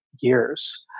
years